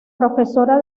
profesora